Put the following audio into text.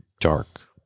dark